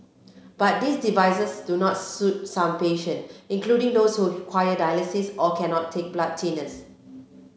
but these devices do not suit some patients including those who require dialysis or cannot take blood thinners